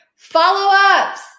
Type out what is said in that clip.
Follow-ups